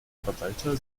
verwalter